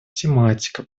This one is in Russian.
тематика